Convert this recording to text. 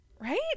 right